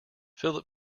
philip